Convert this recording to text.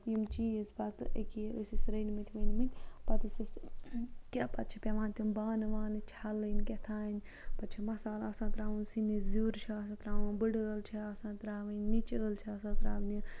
یِم چیٖز پَتہٕ اکیاہ یہِ ٲسۍ اَسہِ رٔنۍ مٕتۍ ؤنۍ مٕتۍ پَتہٕ ٲسۍ أسۍ کیاہ پَتہٕ چھِ پیٚوان تِم بانہٕ وانہٕ چھَلٕنۍ کیٚتھانۍ پَتہٕ چھُ مَسال آسان تراوُن سِنِس زِیُر چھُ آسان تراوُن بٕڑٕ ٲلۍ چھِ آسان تراوٕنۍ نِچہِ ٲلۍچھِ آسان تراونہِ